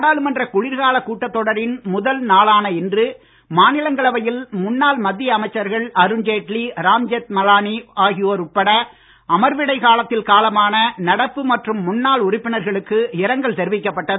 நாடாளுமன்ற குளிர்கால கூட்டத்தொடரின் முதல் நாளான இன்று மாநிலங்களவையில் முன்னாள் மத்திய அமைச்சர்கள் அருண் ஜேட்லி ராம்ஜெத் மலானி ஆகியோர் உட்பட அமர்விடைக் காலத்தில் காலமான மற்றும் முன்னாள் உறுப்பினர்களுக்கு இரங்கல் நடப்பு தெரிவிக்கப்பட்டது